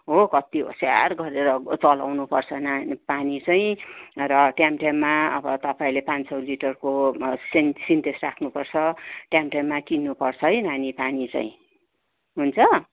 हो कति होसियार गरेर चलाउनु पर्छ न पानी चाहिँ र टाइम टाइममा अब तपाईँहरूले पाँच सय लिटरको सिन सिन्टेक्स राख्नु पर्छ टाइम टाइममा किन्नु पर्छ है पानी चाहिँ हुन्छ